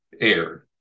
aired